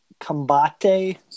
Combate